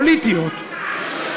פוליטיות,